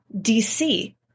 DC